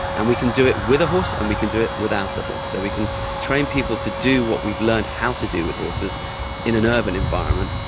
and we can do it with a horse and we can do it without a horse. so we can train people to do what we've learned how to do with horses in an urban environment,